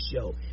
show